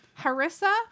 harissa